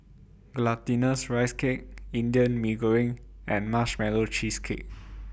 Glutinous Rice Cake Indian Mee Goreng and Marshmallow Cheesecake